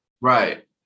Right